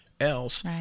else